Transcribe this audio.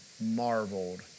marveled